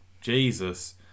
Jesus